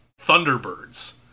Thunderbirds